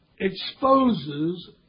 exposes